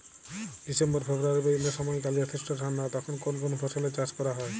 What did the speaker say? December ফেব্রুয়ারি পর্যন্ত সময়কাল যথেষ্ট ঠান্ডা তখন কোন কোন ফসলের চাষ করা হয়?